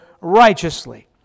righteously